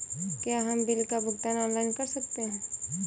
क्या हम बिल का भुगतान ऑनलाइन कर सकते हैं?